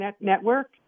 network